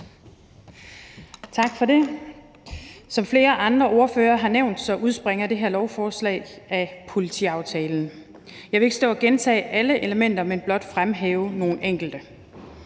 Tak for det. Som flere andre ordførere har nævnt, udspringer det her lovforslag af politiaftalen. Jeg vil ikke stå og gentage alle elementerne, men blot fremhæve nogle enkelte.